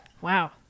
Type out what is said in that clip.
Wow